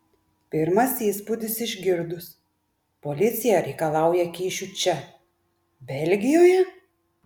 pirmas įspūdis išgirdus policija reikalauja kyšių čia belgijoje